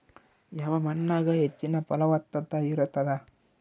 ಯಾವ ಮಣ್ಣಾಗ ಹೆಚ್ಚಿನ ಫಲವತ್ತತ ಇರತ್ತಾದ?